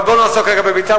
אבל בואו ולא נעסוק רגע בבית"ר,